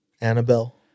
Annabelle